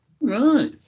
Right